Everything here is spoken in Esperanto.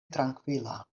trankvila